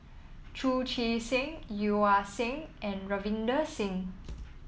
Chu Chee Seng Yeo Ah Seng and Ravinder Singh